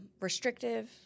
restrictive